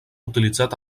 utilitzat